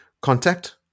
contact